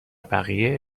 بقیه